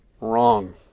Wrong